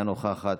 אינה נוכחת,